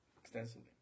extensively